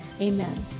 amen